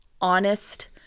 honest